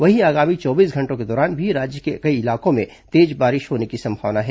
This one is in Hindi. वहीं आगामी चौबीस घंटों के दौरान भी राज्य के कई इलाकों में तेज बारिश होने की संभावना है